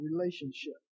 relationship